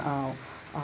uh uh